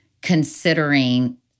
considering